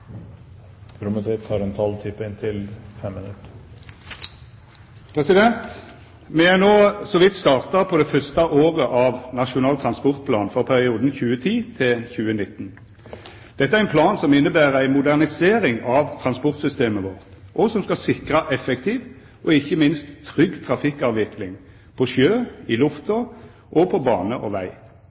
Me har no så vidt starta på det første året av Nasjonal transportplan for perioden 2010–2019. Dette er ein plan som inneber ei modernisering av transportsystemet vårt, og som skal sikra effektiv og ikkje minst trygg trafikkavvikling på sjø, i luft og på bane og veg.